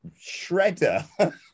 Shredder